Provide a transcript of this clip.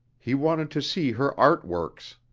he wanted to see her art works.